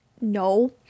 No